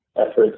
efforts